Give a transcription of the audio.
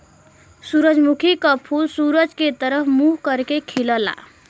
सूरजमुखी क फूल सूरज के तरफ मुंह करके खिलला